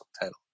title